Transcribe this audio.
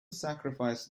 sacrifice